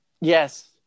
Yes